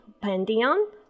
Pandion